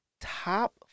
top